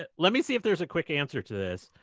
but let me see if there's a quick answer to this.